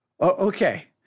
Okay